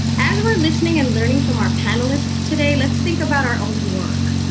as we're listening and learning from our panelists today, let's think about our own work.